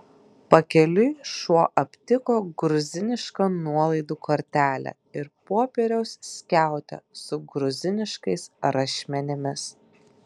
pakeliui šuo aptiko gruzinišką nuolaidų kortelę ir popieriaus skiautę su gruziniškais rašmenimis